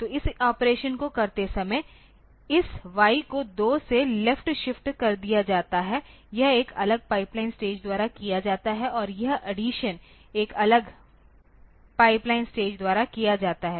तो इस ऑपरेशन को करते समय इस y को 2 से लेफ्ट शिफ्ट कर दिया जाता है यह एक अलग पाइपलाइन स्टेज द्वारा किया जाता है और यह अडीसन एक अलग पाइपलाइन स्टेज द्वारा किया जाता है